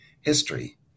history